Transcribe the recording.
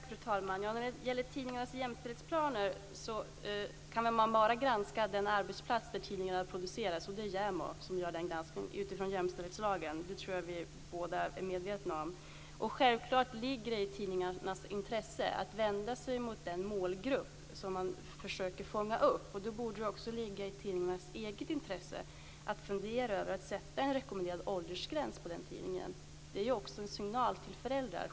Fru talman! När det gäller tidningarnas jämställdhetsplaner kan man bara granska den arbetsplats där tidningarna produceras, och det är JämO som gör den granskningen utifrån jämställdhetslagen. Det tror jag att vi båda är medvetna om. Det ligger självfallet i tidningarnas intresse att vända sig mot den målgrupp som man försöker fånga upp. Då borde det också ligga i tidningarnas eget intresse att fundera över att sätta en rekommenderad åldersgräns på tidningen. Det är ju också en signal till föräldrarna.